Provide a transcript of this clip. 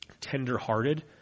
tender-hearted